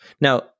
Now